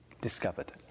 discovered